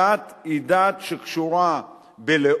הדת היא דת שקשורה ללאום,